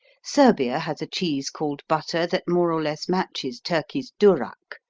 serbia has a cheese called butter that more or less matches turkey's durak,